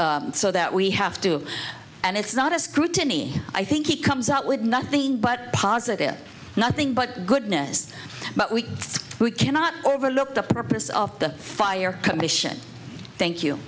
to so that we have to and it's not a scrutiny i think it comes out with nothing but positive nothing but goodness but we cannot overlook the purpose of the fire commission thank you